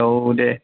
औ दे